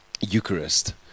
Eucharist